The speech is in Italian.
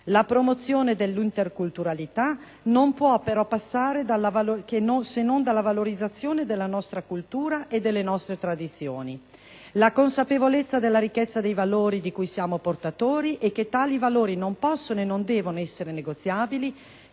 La promozione dell'interculturalità non può non passare dalla valorizzazione della nostra cultura e delle nostre tradizioni. La consapevolezza della ricchezza dei valori di cui siamo portatori e che tali valori non possono e non devono essere negoziabili,